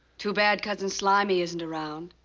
too bad cousin slimy isn't around.